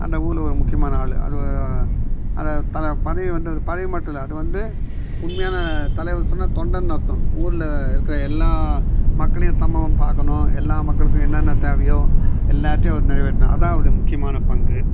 அந்த ஊரில் ஒரு முக்கியமான ஆள் அது அது பதவி வந்தது பதவி மட்டுமில்ல அது வந்து உண்மையான தலைவர்னு சொன்னால் தொண்டன்னு அர்த்தம் ஊரில் இருக்கற எல்லா மக்களையும் சமமா பார்க்கணும் எல்லா மக்களுக்கும் என்னென்ன தேவையோ எல்லாத்தையும் அவர் நிறைவேற்றணும் அதான் அவருடைய முக்கியமான பங்கு